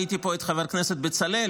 ראיתי פה את חבר הכנסת בצלאל,